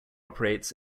operates